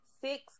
six